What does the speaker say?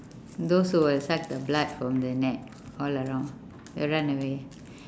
those who will suck the blood from the neck all around you'll run away